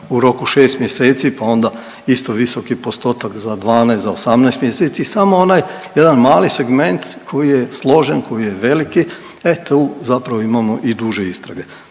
u roku 6 mjeseci pa onda isto visoki postotak za 12, za 18 mjeseci i samo onaj jedan mali segment koji je složen, koji je veliki, e tu zapravo imamo i duže istrage.